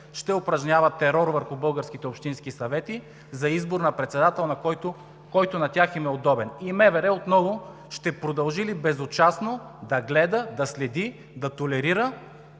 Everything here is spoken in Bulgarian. ще упражнява терор върху българските общински съвети за избор на председател, който на тях им е удобен? И МВР отново ли ще продължи безучастно да гледа, да следи, да толерира